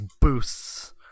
boosts